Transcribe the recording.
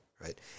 right